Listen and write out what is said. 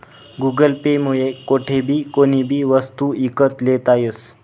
Google Pay मुये कोठेबी कोणीबी वस्तू ईकत लेता यस